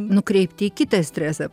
nukreipti į kitą stresą